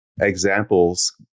examples